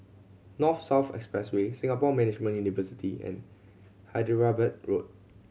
North South Expressway Singapore Management University and Hyderabad Road